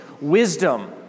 wisdom